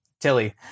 Tilly